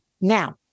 now